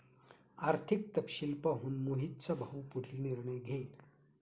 आर्थिक तपशील पाहून मोहितचा भाऊ पुढील निर्णय घेईल